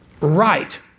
right